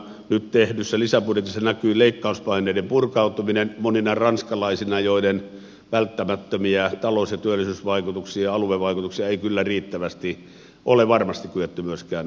nyt tehdyssä lisäbudjetissa näkyy leikkauspaineiden purkautuminen monina ranskalaisina joiden välttämättömiä talous työllisyys ja aluevaikutuksia ei kyllä riittävästi ole varmasti kyetty myöskään arvioimaan